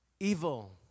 Evil